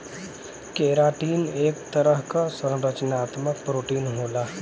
keratin एक तरह क संरचनात्मक प्रोटीन होला